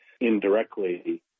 indirectly